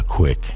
quick